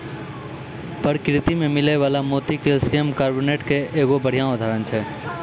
परकिरति में मिलै वला मोती कैलसियम कारबोनेट के एगो बढ़िया उदाहरण छै